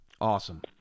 Awesome